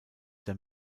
der